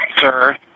Sir